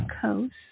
coast